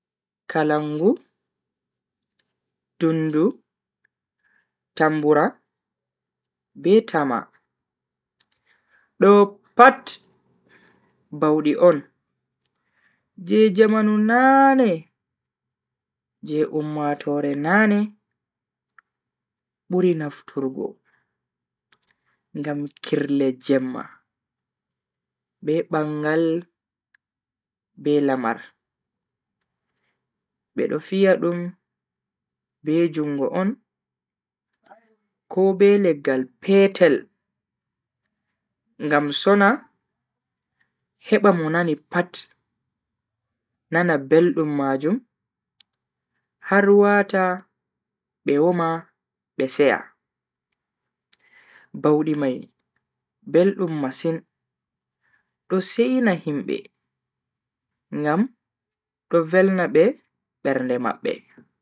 Duniyaaru do mari demngal duddum, wadan ujuneere. Ha lesdi am tan don demngal fulfulde, hausare, igbo, yoruba, kanuri, igala, idoma, Jukun, Marghi, kilba be chambe en. dengle do pat ummatoore mai do volwa be demngal mai den bo bedo famtindira chaka mabbe ngam kajum on be wawi kanjum on bo be volwata be mai maube mabbe be bikkoi pat, duniyaaru do mari demngal duddum je goddo fotai limta dudugo majum.